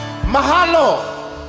Mahalo